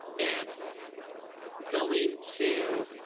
if going to